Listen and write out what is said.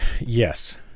Yes